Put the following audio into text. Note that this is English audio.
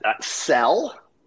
sell